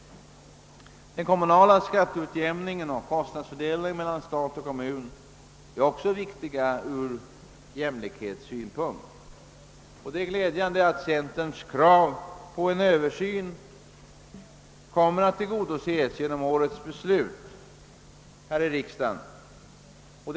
Den kommunala skatteutjämningen och kostnadsfördelningen mellan stat och kommun är också viktiga ur jämlikhetssynpunkt. Det är glädjande att centerns krav på en översyn kommer att tillgodoses genom årets riksdagsbeslut.